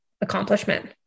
accomplishment